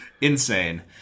Insane